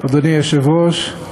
אדוני היושב-ראש,